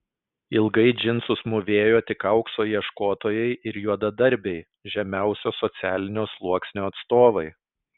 ilgai džinsus mūvėjo tik aukso ieškotojai ir juodadarbiai žemiausio socialinio sluoksnio atstovai